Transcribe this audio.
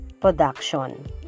production